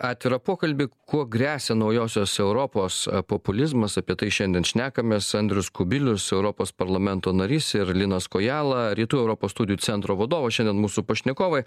atvirą pokalbį kuo gresia naujosios europos populizmas apie tai šiandien šnekamės andrius kubilius europos parlamento narys ir linas kojala rytų europos studijų centro vadovas šiandien mūsų pašnekovai